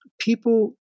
people